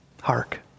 Hark